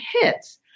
hits